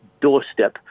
doorstep